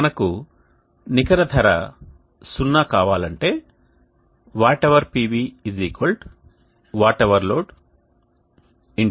మనకు నికర ధర సున్నాకావాలంటే watt hour PV watt hour load CLoad CPV